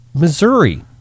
Missouri